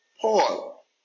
Paul